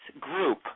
group